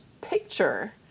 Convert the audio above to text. picture